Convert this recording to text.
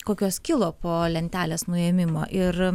kokios kilo po lentelės nuėmimo ir